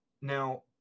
now